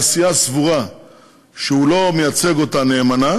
והסיעה סבורה שהוא לא מייצג אותה נאמנה